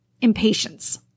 impatience